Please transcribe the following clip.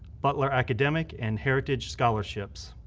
butler academic and heritage scholarships.